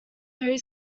three